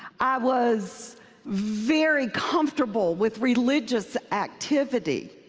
i was very comfortable with religious activity,